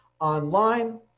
online